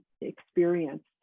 experience